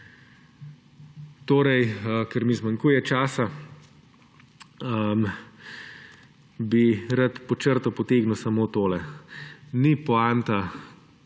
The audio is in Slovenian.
način. Ker mi zmanjkuje časa, bi rad pod črto potegnil samo tole: ni poanta,